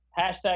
Hashtag